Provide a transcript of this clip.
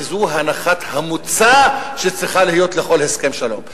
וזאת הנחת המוצא שצריכה להיות לכל הסכם שלום.